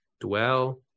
dwell